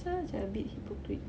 so macam a bit hypocrite